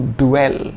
dwell